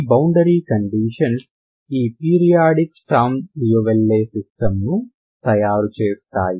ఈ boundary conditions ఈ periodic Sturm Liouville system ను తయారు చేస్తాయి